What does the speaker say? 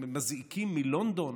מזעיקים מלונדון